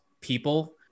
people